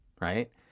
Right